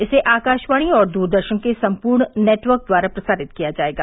इसे आकाशवाणी और दुरदर्शन के संपूर्ण नेटवर्क द्वारा प्रसारित किया जायेगा